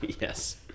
Yes